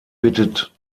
bittet